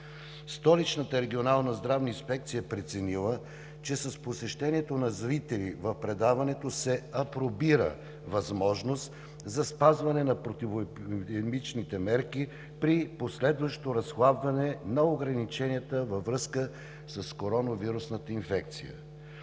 Столичната регионална здравна инспекция е преценила, че с посещението на зрители в предаването се апробира възможност за спазване на противоепидемичните мерки при последващо разхлабване на ограниченията във връзка с коронавирусната инфекция.